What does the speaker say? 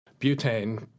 Butane